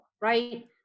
right